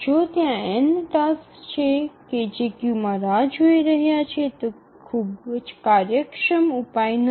જો ત્યાં n tasks છે કે જે ક્યૂમાં રાહ જોઈ રહ્યા છે તે ખૂબ જ કાર્યક્ષમ ઉપાય નથી